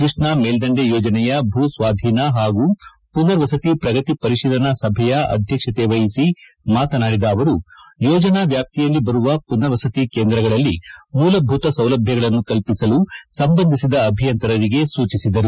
ಕೃಷ್ಣಾ ಮೇಲ್ದಂಡೆ ಯೋಜನೆಯ ಭೂಸ್ವಾಧೀನ ಪಾಗೂ ಪುನರ್ವಸತಿ ಪ್ರಗತಿ ಪರಿಶೀಲನಾ ಸಭೆಯ ಅಧ್ಯಕ್ಷತೆ ವಹಿಸಿ ಮಾತನಾಡಿದ ಅವರು ಯೋಜನಾ ವ್ಯಾಪ್ತಿಯಲ್ಲಿ ಬರುವ ಪುನರ್ವಸತಿ ಕೇಂದ್ರಗಳಲ್ಲಿ ಮೂಲಭೂತ ಸೌಲಭ್ಯಗಳನ್ನು ಕಲ್ಲಿಸಲು ಸಂಬಂಧಿಸಿದ ಅಭಿಯಂತರರಿಗೆ ಸೂಚಿಸಿದರು